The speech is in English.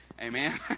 amen